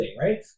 right